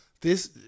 This-